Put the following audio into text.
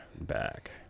back